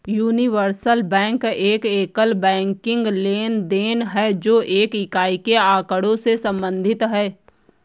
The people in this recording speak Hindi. यूनिवर्सल बैंक एक एकल बैंकिंग लेनदेन है, जो एक इकाई के आँकड़ों से संबंधित है